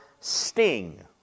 sting